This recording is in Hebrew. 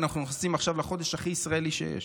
אנחנו נכנסים עכשיו לחודש הכי ישראלי שיש,